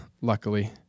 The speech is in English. luckily